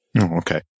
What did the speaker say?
Okay